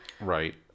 right